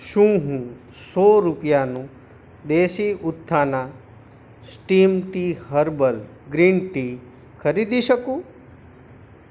શું હું સો રૂપિયાનું દેશી ઉત્થાના steam tea herbal green tea ખરીદી શકું